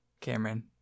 Cameron